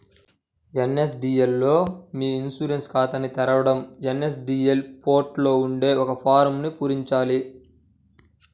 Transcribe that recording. NSDL మీ e insurance ఖాతాని తెరవడం ఎన్.ఎస్.డి.ఎల్ పోర్టల్ లో ఉండే ఒక ఫారమ్ను పూరించాలి